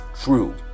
true